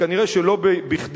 וכנראה לא בכדי,